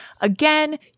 Again